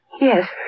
Yes